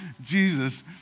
Jesus